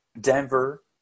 Denver